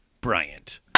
Bryant